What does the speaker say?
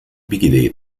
big